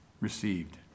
received